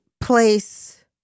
place